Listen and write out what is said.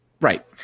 Right